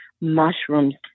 Mushrooms